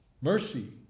mercy